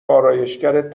آرایشگرت